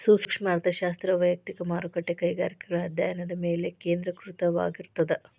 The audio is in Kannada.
ಸೂಕ್ಷ್ಮ ಅರ್ಥಶಾಸ್ತ್ರ ವಯಕ್ತಿಕ ಮಾರುಕಟ್ಟೆ ಕೈಗಾರಿಕೆಗಳ ಅಧ್ಯಾಯನದ ಮೇಲೆ ಕೇಂದ್ರೇಕೃತವಾಗಿರ್ತದ